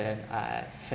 then I had